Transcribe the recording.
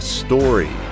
story